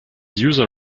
user